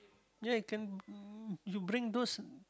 ya it can you bring those